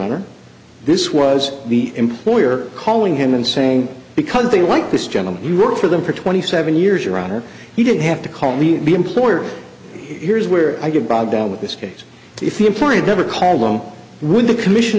honor this was the employer calling him and saying because they like this gentleman you worked for them for twenty seven years or rather you didn't have to call me the employer here is where i get bogged down with this case if the employee never car along with the commission